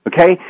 Okay